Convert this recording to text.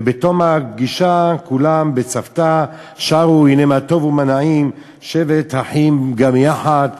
ובתום הפגישה כולם בצוותא שרו: הנה מה טוב ומה נעים שבת אחים גם יחד.